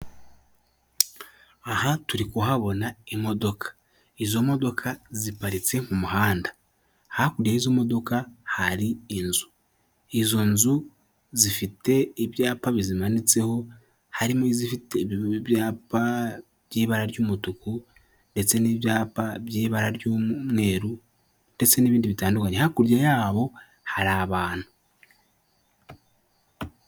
Aha turi kuhabona imodoka. Izo modoka ziparitse ku muhanda. Hakurya y'izo modoka hari inzu. Izo nzu zifite ibyapa bizimanitseho, harimo izifite ibyapa by'ibara ry'umutuku ndetse n'ibyapa by'ibara ry'umweru ndetse n'ibindi bitandukanye. Hakurya yaho hari abantu.